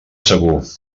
segur